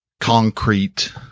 concrete